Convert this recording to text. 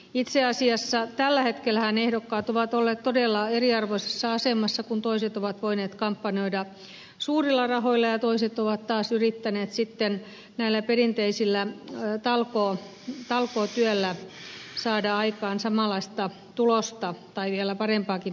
itse asiassa tällä hetkellähän ehdokkaat ovat olleet todella eriarvoisessa asemassa kun toiset ovat voineet kampanjoida suurilla rahoilla ja toiset ovat taas yrittäneet sitten tällä perinteisellä talkootyöllä saada aikaan samanlaista tulosta tai vielä parempaakin tulosta